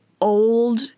old